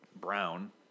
brown